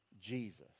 Jesus